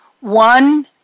One